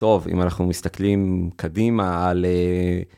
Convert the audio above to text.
טוב, אם אנחנו מסתכלים קדימה על אה...